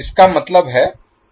इसका मतलब है कि